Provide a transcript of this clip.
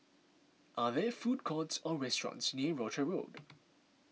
are there food courts or restaurants near Rochor Road